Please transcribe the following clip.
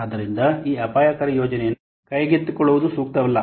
ಆದ್ದರಿಂದ ಈ ಅಪಾಯಕಾರಿ ಯೋಜನೆಯನ್ನು ಕೈಗೆತ್ತಿಕೊಳ್ಳುವುದು ಸೂಕ್ತವಲ್ಲ